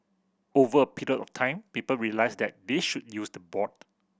over a period of time people realise that they should use the board